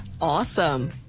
Awesome